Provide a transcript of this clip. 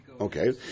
Okay